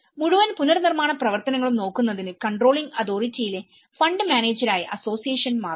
മുഴുവൻ പുനർനിർമ്മാണ പ്രവർത്തനങ്ങളും നോക്കുന്നതിന് കൺട്രോളിംഗ് അതോറിറ്റിയിലെ ഫണ്ട് മാനേജരായി അസോസിയേഷൻ മാറുന്നു